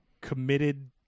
committed